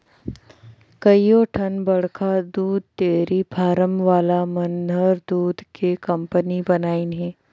कयोठन बड़खा दूद डेयरी फारम वाला मन हर दूद के कंपनी बनाईंन हें